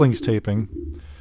taping